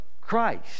Christ